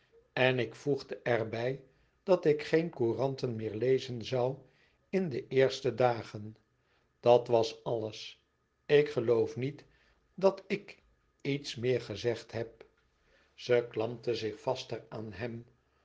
en ik voegde er bij dat ik geen couranten meer lezen zoû in de éerste dagen dat was alles ik geloof niet dat ik iets meer gezegd heb ze klampte zich vaster aan hem